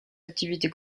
activités